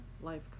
life